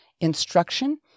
instruction